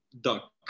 duck